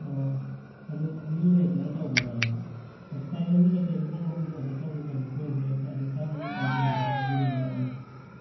ꯑꯣ ꯑꯗꯨ ꯃꯤ ꯂꯩꯇꯗꯅ ꯇꯧꯕꯅꯦ ꯑꯗꯨ ꯀꯩꯅꯣ ꯃꯤ ꯂꯩꯇꯦꯁꯤꯕꯨ ꯄꯨꯡ ꯑꯍꯨꯝꯗ ꯑꯣꯔꯗꯔ ꯇꯧꯒꯤꯕꯗꯣ ꯍꯧꯖꯤꯛꯐꯥꯎ ꯌꯧꯕꯤꯔꯛꯇꯦ ꯑꯗꯨ ꯀꯔꯝꯕ ꯃꯇꯝꯗ ꯌꯧꯔꯛꯀꯦ ꯍꯥꯏꯕꯤꯔꯤꯖꯥꯠꯅꯣꯅꯦ